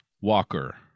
Walker